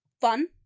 fun